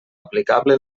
aplicable